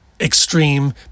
extreme